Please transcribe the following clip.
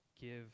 give